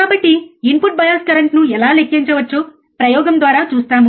కాబట్టి input bias current ను ఎలా లెక్కించవచ్చో ప్రయోగం ద్వారా చూస్తాము